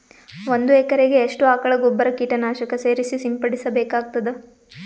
ಒಂದು ಎಕರೆಗೆ ಎಷ್ಟು ಆಕಳ ಗೊಬ್ಬರ ಕೀಟನಾಶಕ ಸೇರಿಸಿ ಸಿಂಪಡಸಬೇಕಾಗತದಾ?